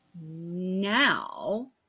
now